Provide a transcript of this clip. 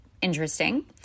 interesting